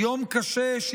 יום קשה,